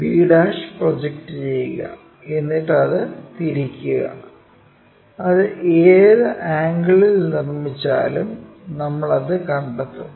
b project ചെയ്യുക എന്നിട്ട് അത് തിരിക്കുക അത് ഏത് ആംഗിളിൽ നിർമ്മിച്ചാലും നമ്മൾ അത് കണ്ടെത്തും